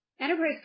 Enterprise